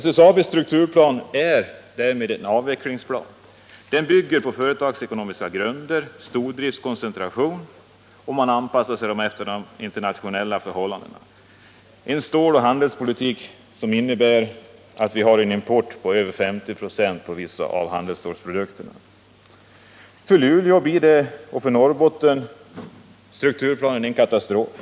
SSAB:s strukturplan är en avvecklingsplan. Den bygger på företagsekonomiska grunder, stordrift och koncentration och är anpassad till den internationella stålpolitiken, en ståloch handelspolitik som innebär att vi har en import på över 50 96 av vissa handelsstålsprodukter. För Luleå och Norrbotten blir strukturplanen en katastrof.